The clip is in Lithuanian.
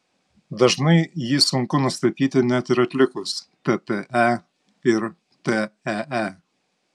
dažnai jį sunku nustatyti net ir atlikus tte ir tee